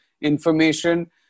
information